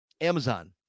Amazon